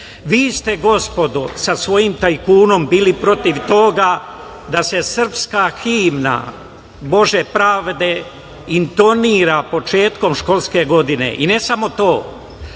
ste gospodo sa svojim tajkunom bili protiv toga da se srpska himna „Bože pravde“ intonira početkom školske godine i ne samo to,